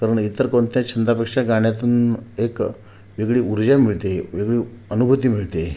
कारण इतर कोणत्याही छंदापेक्षा गाण्यातून एक वेगळी ऊर्जा मिळते वेगळी अनुभूती मिळते